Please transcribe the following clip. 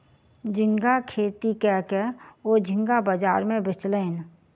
झींगा खेती कय के ओ झींगा बाजार में बेचलैन